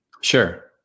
Sure